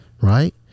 right